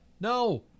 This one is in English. No